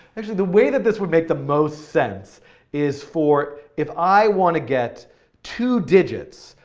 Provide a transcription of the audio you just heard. actually, the way that this would make the most sense is for, if i want to get two digits,